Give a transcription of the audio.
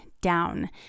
down